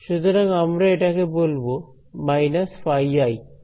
সুতরাং আমরা এটাকে বলবো − φi